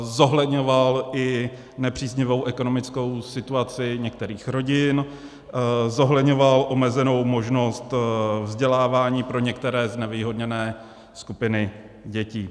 Zohledňoval i nepříznivou ekonomickou situaci některých rodin, zohledňoval omezenou možnost vzdělávání pro některé znevýhodněné skupiny dětí.